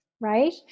right